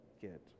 get